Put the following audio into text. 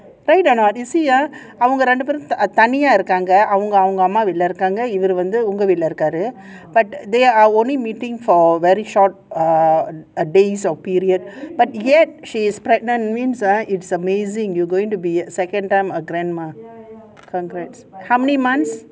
right a not you see ah அவங்க ரெண்டு பேரும் தனியா இருக்காங்க அவங்க அவங்க அம்மாவீட்ல இருக்காங்க இவரு வந்து ஒங்க வீட்ல இருக்காரு:avanga rendu perum thaniya irukaanga avanga avanga amma veetla irukaanga ivaru vanthu unga veetla irukaaru but they are only meeting for very short err days or period but yet she is pregnant means ah it's amazing you are going to be second time a grandma congrats how many months